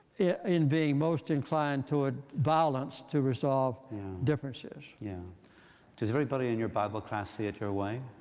in being most inclined toward violence to resolve differences. yeah does everybody in your bible class see it your way?